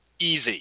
easy